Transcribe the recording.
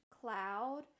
cloud